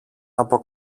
από